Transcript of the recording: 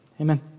Amen